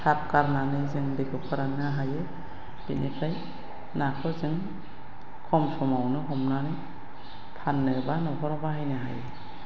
थाब सारनानै जों दैखौ फोराननो हायो बिनिफ्राय नाखौ जों खम समावनो हमनानै फाननो एबा न'खराव बाहायनो हायो